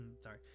sorry